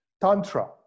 Tantra